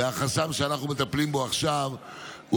והחסם שאנחנו מטפלים בו עכשיו הוא